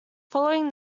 following